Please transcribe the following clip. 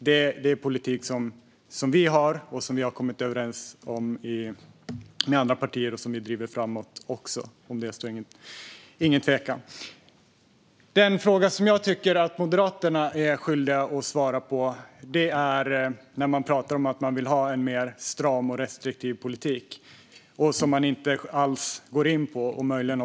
Det är en politik som vi för, som vi har kommit överens om med andra partier och som vi driver framåt. Om detta råder ingen tvekan. Den fråga som jag tycker att Moderaterna är skyldiga att svara på gäller att de talar om att de vill ha en mer stram och restriktiv politik. Men de går inte alls in på den.